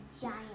giant